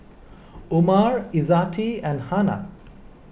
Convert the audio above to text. Umar Izzati and Hana